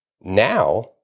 now